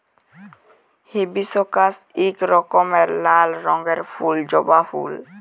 hibiscus ইক রকমের লাল রঙের ফুল জবা ফুল